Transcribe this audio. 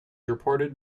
reported